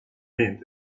event